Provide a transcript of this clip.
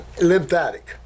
lymphatic